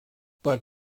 but